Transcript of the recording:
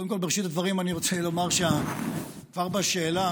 קודם כול, בראשית הדברים אני רוצה לומר שכבר בשאלה